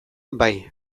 bai